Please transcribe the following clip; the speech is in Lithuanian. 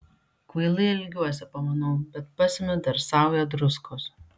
kvailai elgiuosi pamanau bet pasemiu dar saują druskos